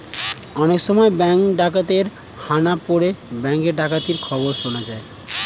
অনেক সময় ব্যাঙ্কে ডাকাতের হানা পড়ে ব্যাঙ্ক ডাকাতির খবর শোনা যায়